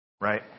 right